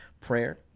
prayer